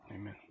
Amen